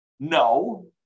No